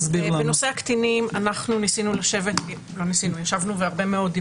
אז בנושא הקטינים אנחנו ישבנו הרבה עם